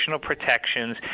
protections